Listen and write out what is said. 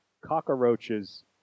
cockroaches